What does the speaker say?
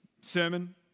sermon